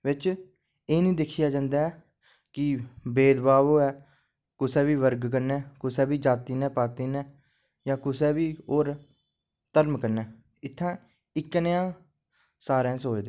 बिच एह् निं दिक्खेआ जंदा ऐ की भेदभाव होऐ कुसै बी वर्ग कन्नै कुसै बी जाति पाति कन्नै जां कुसै बी होर धर्म कन्नै इत्थें इक्कै नेहा सारें दा सोचदे